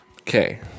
Okay